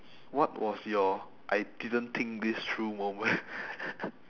what was your I didn't think this through moment